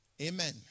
Amen